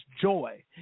joy